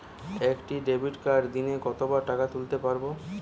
একটি ডেবিটকার্ড দিনে কতবার টাকা তুলতে পারব?